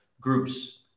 groups